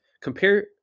compare